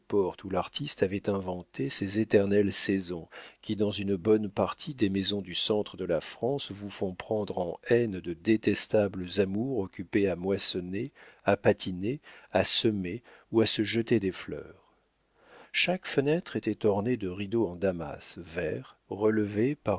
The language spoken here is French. où l'artiste avait inventé ces éternelles saisons qui dans une bonne partie des maisons du centre de la france vous font prendre en haine de détestables amours occupés à moissonner à patiner à semer ou à se jeter des fleurs chaque fenêtre était ornée de rideaux en damas vert relevés